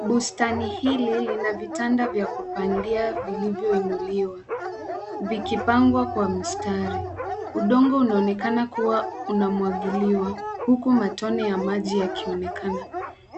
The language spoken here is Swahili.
Bustani hili lina vitanda vya kupandia vilivyoinuliwa vikipangwa kwa mstari. Udongo unaonekana kuwa unamwagiliwa, huku matone ya maji yakionekana.